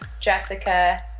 Jessica